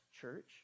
church